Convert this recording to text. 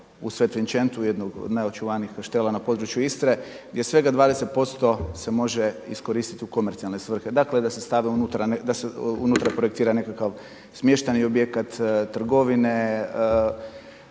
u Svetvinčentu u jednog od najočuvanijih kaštela na području Istre gdje svega 20% se može iskoristiti u komercijalne svrhe. Dakle da se stavi unutra, da se u unutra projektira nekakav smještajni objekt, trgovine,